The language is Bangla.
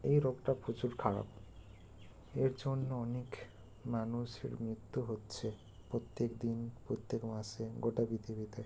এই রোগটা প্রচুর খারাপ এর জন্য অনেক মানুষের মৃত্যু হচ্ছে প্রত্যেক দিন প্রত্যেক মাসে গোটা পৃথিবীতে